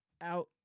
out